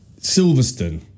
Silverstone